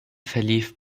verlief